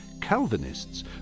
Calvinists